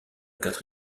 quatre